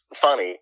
funny